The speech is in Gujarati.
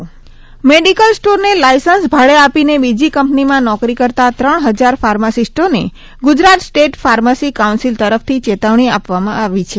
મેડીકલ સ્ટોર મેડિકલ સ્ટોરને લાયસન્સ ભાડે આપીને બીજી કંપનીમાં નોકરી કરતા ત્રણ હજાર ફાર્માસીસ્ટોને ગુજરાત સ્ટેટ ફાર્મસી કાઉન્સિલ તરફથી ચેતવણી આપવામાં આવી છે